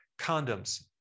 condoms